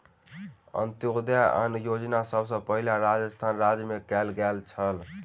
अन्त्योदय अन्न योजना सभ सॅ पहिल राजस्थान राज्य मे कयल गेल छल